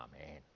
Amen